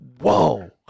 Whoa